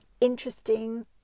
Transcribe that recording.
interesting